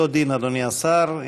אותו דין, אדוני השר.